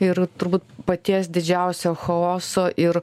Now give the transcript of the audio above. ir turbūt paties didžiausio chaoso ir